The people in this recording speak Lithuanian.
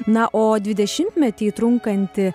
na o dvidešimtmetį trunkanti